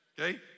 okay